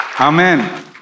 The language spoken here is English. Amen